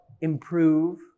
Improve